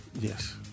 Yes